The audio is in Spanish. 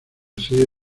serie